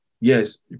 yes